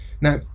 now